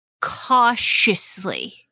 cautiously